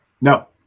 No